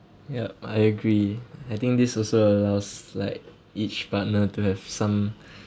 yup I agree I think this also allows like each partner to have some